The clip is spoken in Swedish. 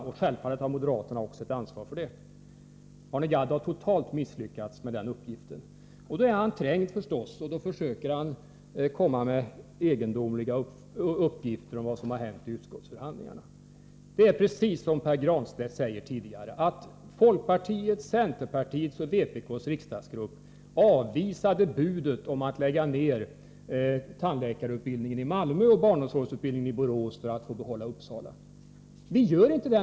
Självfallet har också moderaterna ett ansvar. Arne Gadd har totalt misslyckats med sin uppgift. Nu är han förstås trängd, och därför kommer han med egendomliga uppgifter om vad som har hänt vid utskottsförhandlingarna. Det är precis som Pär Granstedt har sagt tidigare. Folkpartiets, centerpartiets och vpk:s riksdagsgrupper borde ha accepterat budet om att lägga ned tandläkarutbildningen i Malmö och barnomsorgsutbildningen i Borås för att få behålla utbildningarna i Uppsala, heter det.